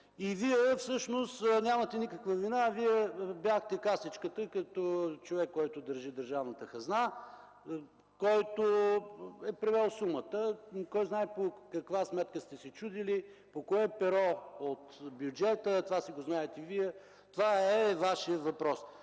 Вие нямате никаква вина, бяхте касичката, като човек, който държи държавната хазна, който е превел сумата, кой знае по каква сметка сте се чудили, по кое перо от бюджета – това си го знаете Вие, това е Ваш въпрос.